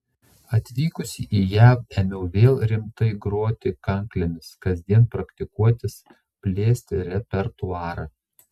atvykusi į jav ėmiau vėl rimtai groti kanklėmis kasdien praktikuotis plėsti repertuarą